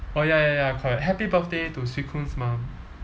oh ya ya ya correct happy birthday to swee koon's mum